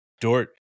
Dort